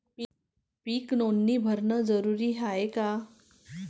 पीक नोंदनी भरनं जरूरी हाये का?